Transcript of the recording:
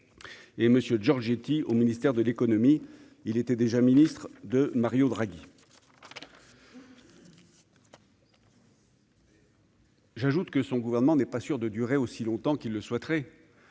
Georgetti au ministère de l'économie, il était déjà ministre de Mario Draghi. J'ajoute que son gouvernement n'est pas sûr de durer aussi longtemps qu'il le souhaiterait